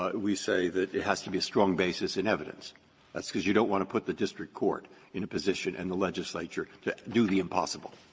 ah we say that it has to be a strong basis in evidence. that's because you don't want to put the district court in a position, and the legislature, to do the impossible,